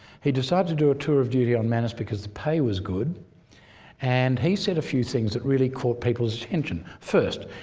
he decided to do a tour of duty on manus because the pay was good and he said a few things really caught people's attention. first,